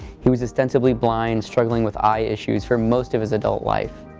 he was ostensibly blind, struggling with eye issues for most of his adult life.